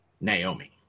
Naomi